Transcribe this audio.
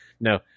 No